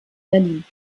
berlin